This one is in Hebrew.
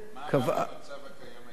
קבעה, מה, אגב, המצב הקיים היום?